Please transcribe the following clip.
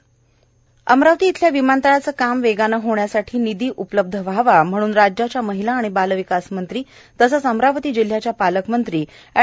विमानतळ अमरावती येथील विमानतळाचे काम वेगाने होण्यासाठी निधी उपलब्ध व्हावा म्हणून राज्याच्या महिला आणि बालविकास मंत्री तथा जिल्ह्याच्या पालकमंत्री एड